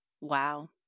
Wow